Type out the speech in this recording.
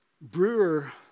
brewer